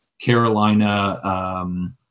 Carolina